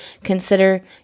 consider